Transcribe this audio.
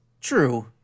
True